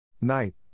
Night